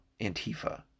Antifa